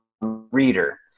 reader